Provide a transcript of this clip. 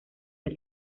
las